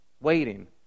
waiting